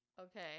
Okay